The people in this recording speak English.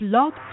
Blog